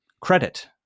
credit